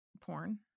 porn